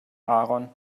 aaron